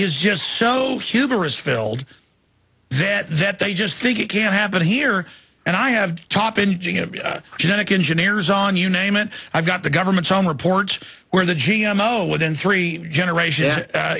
is just so hubris filled that that they just think it can't happen here and i have top in genetic engineers on you name and i've got the government some reports were the g m o within three generations y